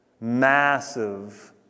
massive